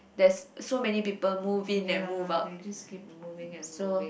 there's so many people move in and move out so